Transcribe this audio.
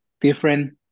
different